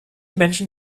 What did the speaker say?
menschen